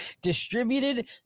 Distributed